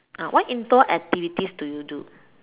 ah what indoor activities do you do